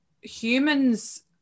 humans